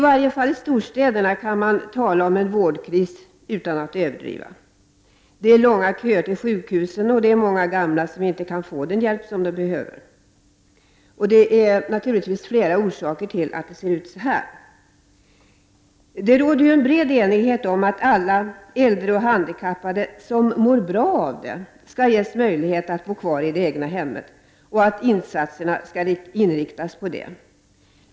Utan att överdriva kan man tala om en vårdkris, i varje fall i storstäderna. Det är långa köer till sjukhusen, och det är många gamla som inte kan få den hjälp som de behöver. Det finns naturligtvis flera orsaker till att det ser ut så här. Det råder en bred enighet om att alla äldre och handikappade som mår bra av det skall ges möjlighet att bo kvar i det egna hemmet och att insatserna skall inriktas på det.